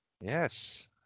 Yes